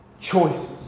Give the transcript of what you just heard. choices